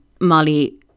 Molly